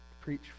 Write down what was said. preach